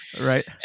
Right